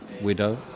widow